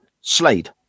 Slade